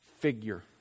Figure